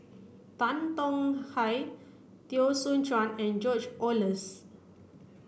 Tan Tong Hye Teo Soon Chuan and George Oehlers